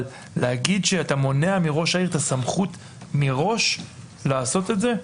אבל אם אתה מראש מונע מראש העיר את הסמכות לעשות את זה,